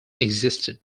existed